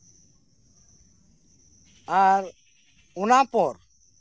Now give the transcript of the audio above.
ᱟᱨ ᱚᱱᱟ ᱯᱚᱨ